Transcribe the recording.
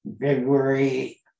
February